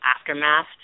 aftermath